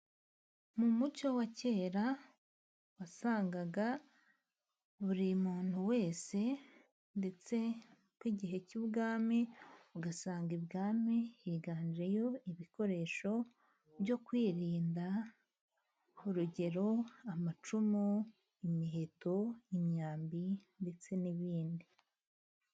Mu muco wa kera, wasangaga buri muntu wese, ndetse n'igihe cy'ubwami, ugasanga ibwami higanjeyo ibikoresho byo kwirinda urugero; amacumu, imiheto, imyambi ndetse n'ibindi.